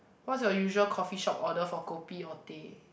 what's your usual coffee shop order for kopi or teh